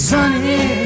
Sunny